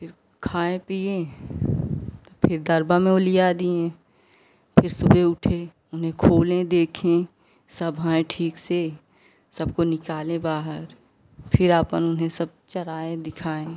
फिर खाए पिए फिर डरबा में ओ लिया दिए फिर सुबे उठे उन्हें खोलें देखें सब हैं ठीक से सबको निकाले बाहर फिर अपन उन्हें सब चराएं दिखाएँ